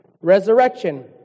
resurrection